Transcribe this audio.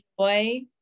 joy